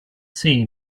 see